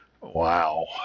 Wow